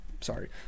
Sorry